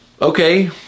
Okay